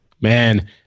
man